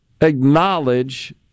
acknowledge